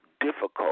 difficult